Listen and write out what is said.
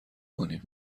کنیم